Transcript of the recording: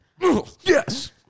yes